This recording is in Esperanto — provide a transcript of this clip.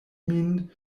min